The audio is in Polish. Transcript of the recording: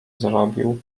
zrobił